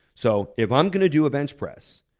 so if i'm gonna do a bench press,